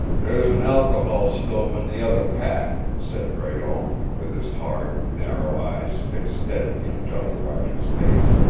there's an alcohol stove in the other pack, said breault, with his hard, narrow eyes fixed steadily on jolly roger's face.